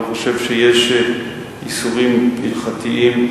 אני לא חושב שיש איסורים הלכתיים,